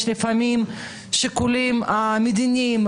יש לפעמים שיקולים מדיניים.